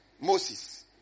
Moses